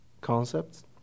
concepts